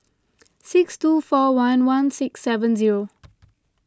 six two four one one six seven zero